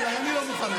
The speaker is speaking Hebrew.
תהיי בשקט.